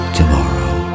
tomorrow